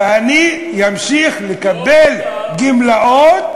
ואני אמשיך לקבל גמלאות,